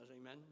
Amen